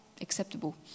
acceptable